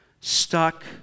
Stuck